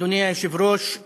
אדוני היושב-ראש,